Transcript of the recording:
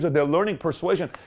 they're learning persuasion.